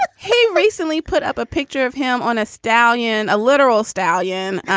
ah he recently put up a picture of him on a stallion, a literal stallion